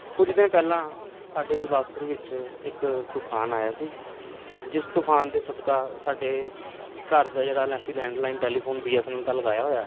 ਕੁਝ ਦਿਨ ਪਹਿਲਾਂ ਸਾਡੇ ਗੁਰਦਾਸਪੁਰ ਵਿੱਚ ਇੱਕ ਤੂਫਾਨ ਆਇਆ ਸੀ ਜਿਸ ਤੂਫਾਨ ਦੇ ਸਦਕਾ ਸਾਡੇ ਘਰ ਦਾ ਜਿਹੜਾ ਲੈਸੀ landline telephone B S N ਦਾ ਐਲ ਲਗਾਇਆ ਹੋਇਆ